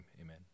Amen